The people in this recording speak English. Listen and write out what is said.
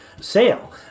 sale